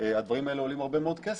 הדברים האלה עולים הרבה מאוד כסף,